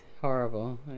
horrible